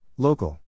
Local